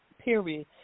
period